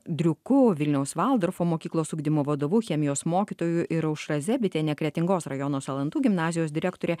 driuku vilniaus valdorfo mokyklos ugdymo vadovu chemijos mokytoju ir aušra zebitienė kretingos rajono salantų gimnazijos direktore